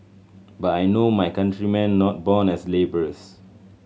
but I know my countrymen not born as labourers